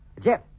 Jeff